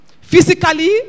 physically